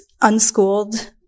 unschooled